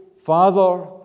Father